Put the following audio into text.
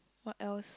what else